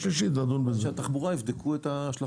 שמשרד התחבורה יבדוק את ההשלכות.